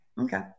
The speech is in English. Okay